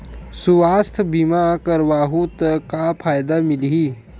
सुवास्थ बीमा करवाहू त का फ़ायदा मिलही?